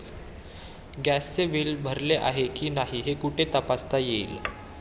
गॅसचे बिल भरले आहे की नाही हे कुठे तपासता येईल?